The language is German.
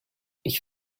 ich